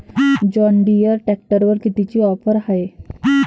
John Deere ट्रॅक्टरवर कितीची offer हाये?